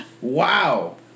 Wow